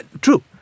true